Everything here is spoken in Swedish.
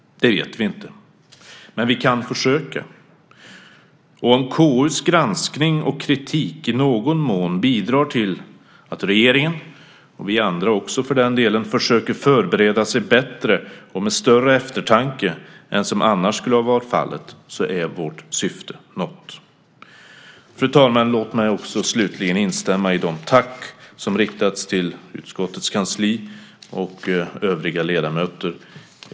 Det vet vi inte. Men vi kan försöka. Och om KU:s granskning och kritik i någon mån bidrar till att regeringen - vi andra också för den delen - försöker förbereda sig bättre och med större eftertanke än vad som annars skulle ha varit fallet så är vårt syfte nått. Fru talman! Låt mig också slutligen instämma i de tack som riktats till utskottets kansli och övriga ledamöter.